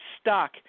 stuck